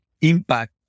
impact